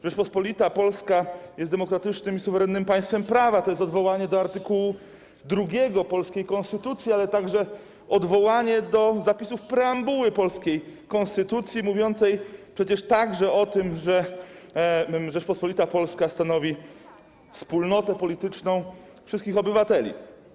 Rzeczpospolita Polska jest demokratycznym i suwerennym państwem prawa, to jest odwołanie do art. 2 polskiej konstytucji, ale także odwołanie do zapisów preambuły polskiej konstytucji, mówiącej także o tym, że Rzeczpospolita Polska stanowi wspólnotę polityczną wszystkich obywateli.